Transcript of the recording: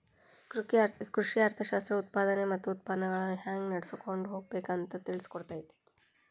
ಕೃಷಿ ಅರ್ಥಶಾಸ್ತ್ರವು ಉತ್ಪಾದನೆ ಮತ್ತ ಉತ್ಪನ್ನಗಳನ್ನಾ ಹೆಂಗ ನಡ್ಸಕೊಂಡ ಹೋಗಬೇಕು ಅಂತಾ ತಿಳ್ಸಿಕೊಡತೈತಿ